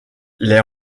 les